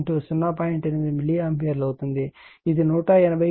8 milliampere అవుతుంది ఇది 180